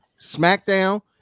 smackdown